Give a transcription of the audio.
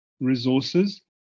resources